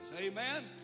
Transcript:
Amen